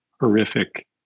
horrific